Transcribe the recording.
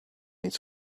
its